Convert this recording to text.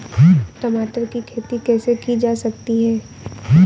टमाटर की खेती कैसे की जा सकती है?